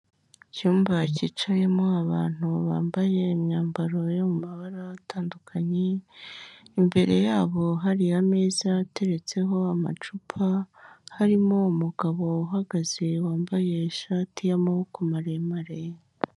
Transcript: Icyumba cyicayemo abantu bambaye imyambaro yo mabara atandukanye, imbere yabo hari ameza ateretseho amacupa, harimo umugabo uhagaze wambaye ishati y'amaboko maremare.